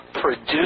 produce